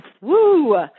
Woo